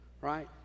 Right